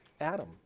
Adam